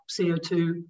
CO2